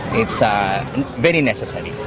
it's very necessary.